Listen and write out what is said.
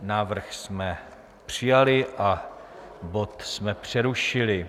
Návrh jsme přijali a bod jsme přerušili.